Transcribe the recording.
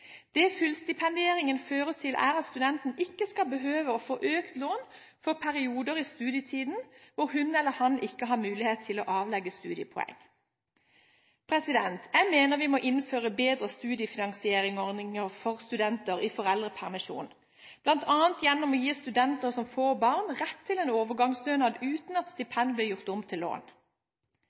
Det fullstipendieringen fører til, er at studenten ikke skal behøve å få økt lån for perioder i studietiden hvor hun eller han ikke har mulighet til å avlegge studiepoeng. Jeg mener vi må innføre bedre studiefinansieringsordninger for studenter i foreldrepermisjon, bl.a. gjennom å gi studenter som får barn, rett til en overgangsstønad uten at stipendet blir gjort om til lån.